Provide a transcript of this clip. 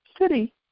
city